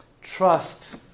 Trust